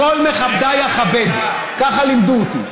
כל מכבדיי אכבד, ככה לימדו אותי.